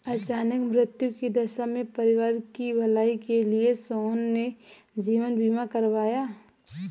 अचानक मृत्यु की दशा में परिवार की भलाई के लिए सोहन ने जीवन बीमा करवाया